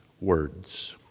words